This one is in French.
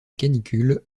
canicule